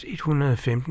115